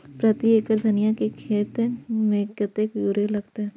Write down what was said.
प्रति एकड़ धनिया के खेत में कतेक यूरिया लगते?